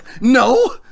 No